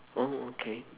oh okay